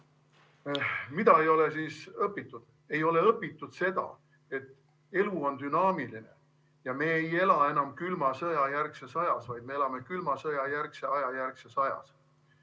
Mida ei ole siis õpitud? Ei ole õpitud seda, et elu on dünaamiline ja me ei ela enam külma sõja järgses ajas, vaid me elame külma sõja järgse aja järgses ajas.